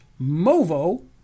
movo